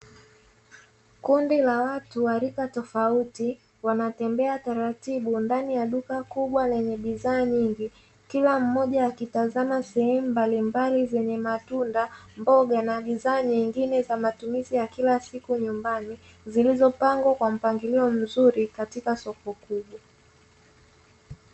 Kundi la watu wa rika tofauti wanatembea taratibu ndani ya duka kubwa lenye bidhaa nyingi. Kila mmoja akitazama sehemu mbalimbali zenye matunda, mboga na bidhaa nyingine za matumizi ya kila siku nyumbani; zilizopangwa kwa mpangilio mzuri katika soko kubwa.